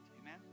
amen